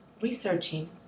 researching